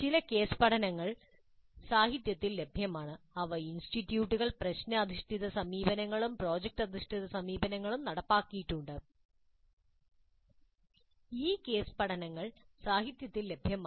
ചില കേസ് പഠനങ്ങൾ സാഹിത്യത്തിൽ ലഭ്യമാണ് അവിടെ ഇൻസ്റ്റിറ്റ്യൂട്ടുകൾ പ്രശ്ന അധിഷ്ഠിത സമീപനങ്ങളും പ്രോജക്റ്റ് അധിഷ്ഠിത സമീപനങ്ങളും നടപ്പാക്കിയിട്ടുണ്ട് ഈ കേസ് പഠനങ്ങൾ സാഹിത്യത്തിൽ ലഭ്യമാണ്